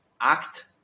act